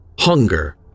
hunger